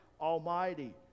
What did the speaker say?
Almighty